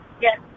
Yes